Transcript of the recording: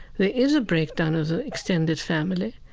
there is a breakdown of the extended family,